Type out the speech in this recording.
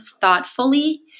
thoughtfully